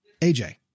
AJ